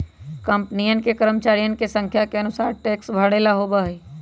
कंपनियन के कर्मचरिया के संख्या के अनुसार टैक्स भरे ला होबा हई